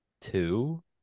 two